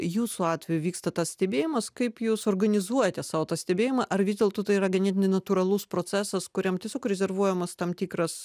jūsų atveju vyksta tas stebėjimas kaip jūs organizuojate savo tą stebėjimą ar vis dėlto tai yra ganėtinai natūralus procesas kuriam tiesiog rezervuojamas tam tikras